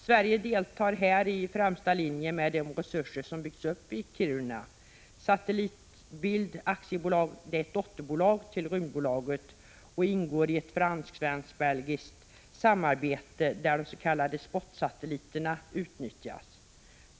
Sverige deltar här i främsta linje med de resurser som byggts upp i Kiruna. Satellitbild i Kiruna AB, som är ett dotterbolag till Rymdbolaget, ingår i ett franskt-svensktbelgiskt samarbete där de s.k. SPOT-satelliterna utnyttjas.